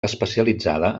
especialitzada